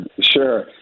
Sure